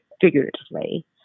figuratively